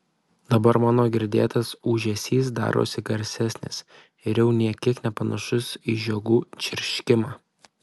dabar mano girdėtas ūžesys darosi garsesnis ir jau nė kiek nepanašus į žiogų čirškimą